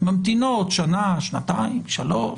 ממתינות שנה, שנתיים, שלוש,